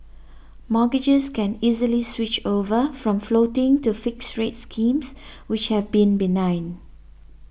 mortgagors can easily switch over from floating to fixed rate schemes which have been benign